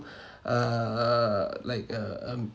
uh like a um